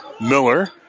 Miller